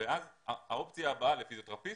ואז האופציה הבאה לפיזיותרפיסט,